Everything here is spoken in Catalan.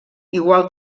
igual